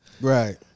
Right